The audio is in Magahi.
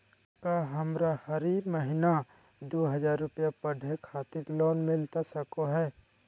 का हमरा हरी महीना दू हज़ार रुपया पढ़े खातिर लोन मिलता सको है?